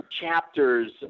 chapters